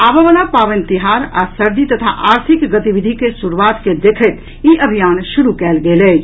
आवऽवला पावनि तिहार आ सर्दी तथा आर्थिक गतिविधी के शुरूआत कॅ देखैत ई अभियान शुरू कयल गेल अछि